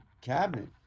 cabinet